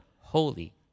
holy